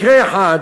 מקרה אחד